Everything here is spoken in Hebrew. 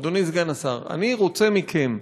אדוני סגן השר, אני רוצה מכם,